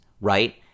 right